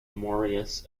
marius